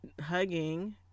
hugging